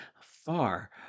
far